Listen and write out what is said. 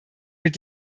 mit